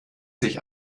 sich